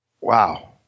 wow